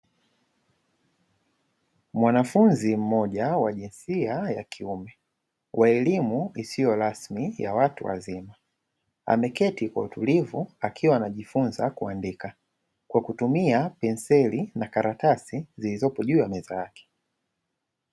Mwanafunzi mmoja wa jinsia ya kiume wa elimu isiyorasmi ya watu wazima, ameketi kwa utulivu akiwa anajifunza kuandika kwa kutumia penseli na karatasi zilizopo juu ya meza yake.